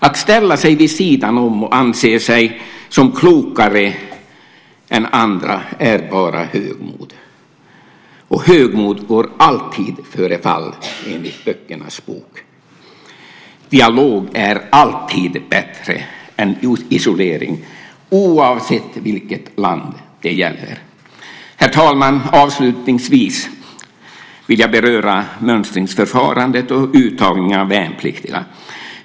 Att ställa sig vid sidan om och anse sig som klokare än andra är bara högmod. Högmod går alltid före fall, enligt böckernas bok. Dialog är alltid bättre än isolering oavsett vilket land det gäller. Herr talman! Avslutningsvis vill jag beröra mönstringsförfarandet och uttagningen av värnpliktiga.